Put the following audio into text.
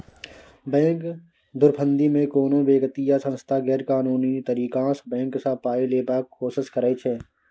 bank धुरफंदीमे कोनो बेकती या सँस्था गैरकानूनी तरीकासँ बैंक सँ पाइ लेबाक कोशिश करै छै